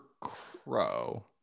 crow